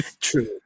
true